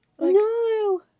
no